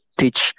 teach